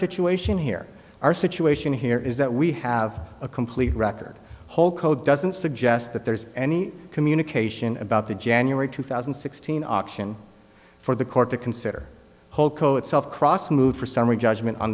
situation here our situation here is that we have a complete record whole code doesn't suggest that there's any communication about the january two thousand and sixteen option for the court to consider whole co itself cross move for summary judgment on